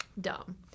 Dumb